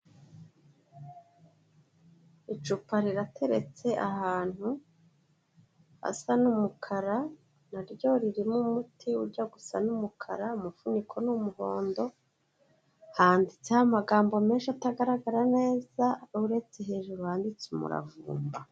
Icupa rirateretse ahantu hasa n'umukara, na ryo ririmo umuti ujya gusa n'umukara, umufuniko ni umuhondo, handitseho amagambo menshi atagaragara neza, uretse hejuru handitse umuravumba.